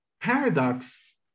Paradox